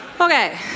Okay